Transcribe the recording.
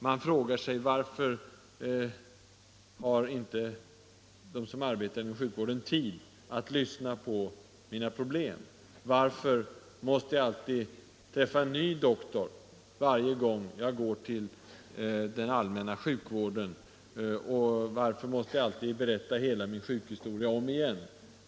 Man frågar: Varför har de som arbetar inom sjukvården inte tid att lyssna på mina problem? Varför måste jag alltid träffa en ny doktor varje gång jag går till den allmänna sjukvården, och varför måste jag alltid berätta hela min sjukhistoria om igen?